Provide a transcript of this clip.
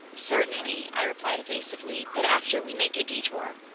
certainly, i replied evasively, but after we make a detour.